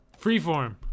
freeform